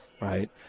right